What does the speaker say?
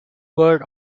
bird